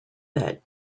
that